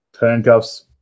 Handcuffs